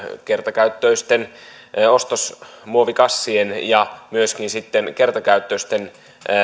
kertakäyttöisten ostosmuovikassien ja myöskin kertakäyttöisten